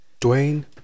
Dwayne